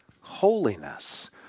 holiness